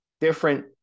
different